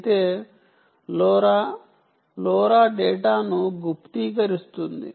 అయితే LoRa LoRa డేటాను గుప్తీకరిస్తుంది